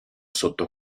sotto